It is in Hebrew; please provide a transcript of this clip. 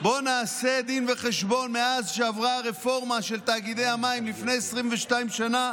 בואו נעשה דין וחשבון: מאז שעברה הרפורמה של תאגידי המים לפני 22 שנה,